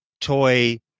toy